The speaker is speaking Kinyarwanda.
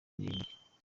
miremire